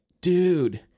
dude